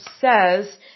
says